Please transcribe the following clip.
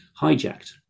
hijacked